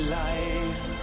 life